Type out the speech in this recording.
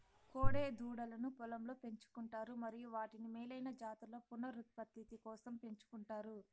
కోడె దూడలను పొలంలో పెంచు కుంటారు మరియు వాటిని మేలైన జాతుల పునరుత్పత్తి కోసం పెంచుకుంటారు